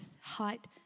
height